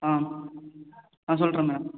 ஆ ஆ சொல்லுறேன் மேம்